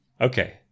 Okay